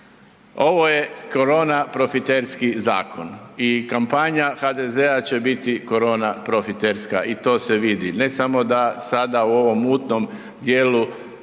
Ovo je korona profiterski zakon i kampanja HDZ-a će biti korona profiterska i to se vidi. Ne samo da sada u ovom mutnom djelu